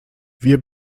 wir